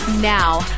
Now